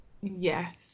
Yes